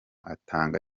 atanga